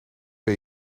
ben